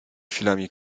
chwilami